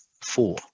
four